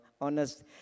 honest